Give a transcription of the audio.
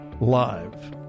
Live